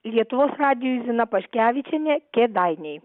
lietuvos radijui zina paškevičienė kėdainiai